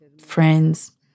friends